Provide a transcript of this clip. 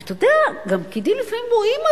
אבל אתה יודע, פקידים לפעמים רואים עוולה.